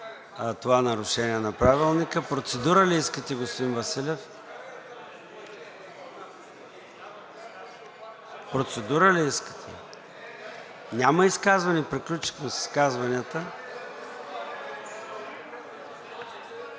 това нарушение на Правилника. Процедура ли искате, господин Василев? Няма изказвания приключихме с изказванията.